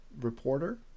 reporter